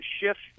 shift